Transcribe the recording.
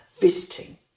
visiting